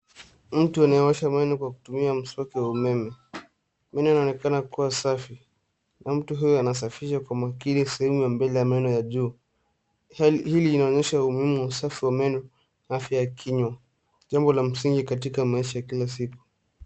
Mtu anayeosha meno kutumia mswaki wa umeme meno inaonekana kuwa safi mtu anasafisa kwa uangalifu mbele meno ya juu huu ni usafi wa meno na afya ya kinywa, jambo la msingi katika maisha ya kila siku.